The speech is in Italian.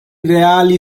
reali